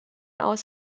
aus